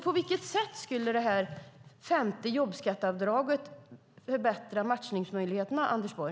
På vilket sätt skulle alltså det femte jobbskatteavdraget förbättra matchningsmöjligheterna, Anders Borg?